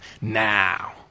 Now